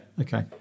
okay